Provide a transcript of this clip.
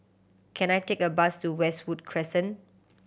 can I take a bus to Westwood Crescent